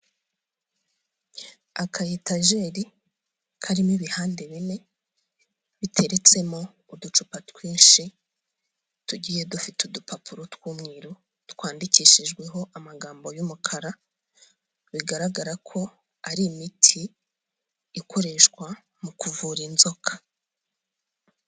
Aka etajeri karimo ibihande bine biteretsemo uducupa twinshi tugiye dufite udupapuro tw'umweru twandikishijweho amagambo y'umukara bigaragara ko ari imiti ikoreshwa mu kuvura inzoka.